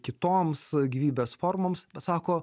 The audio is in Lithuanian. kitoms gyvybės formoms bet sako